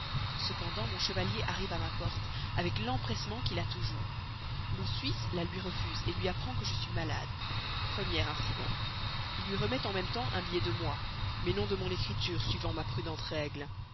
cependant mon chevalier arrive à ma porte avec l'empressement qu'il a toujours mon suisse la lui refuse lui apprend que je suis malade premier incident il lui remet en même temps un billet de moi mais non de mon écriture suivant ma prudente règle